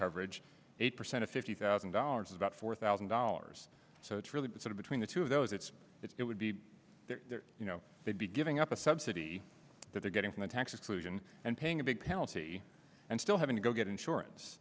coverage eighty percent of fifty thousand dollars is about four thousand dollars so it's really sort of between the two of those it's it would be you know they'd be giving up a subsidy that they're getting from the tax exclusion and paying a big penalty and still having to go get insurance